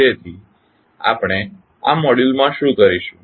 તેથી આપણે આ મોડ્યુલમાં શું કરીશું